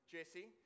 Jesse